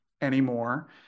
anymore